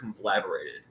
collaborated